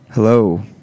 Hello